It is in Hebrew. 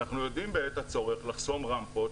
אנחנו יודעים בעת הצורך לחסום רמפות,